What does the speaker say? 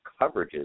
coverages